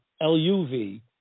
L-U-V